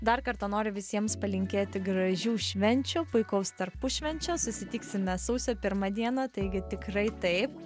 dar kartą noriu visiems palinkėti gražių švenčių puikaus tarpušvenčio susitiksime sausio pirmą dieną taigi tikrai taip